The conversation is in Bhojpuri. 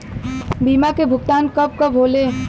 बीमा के भुगतान कब कब होले?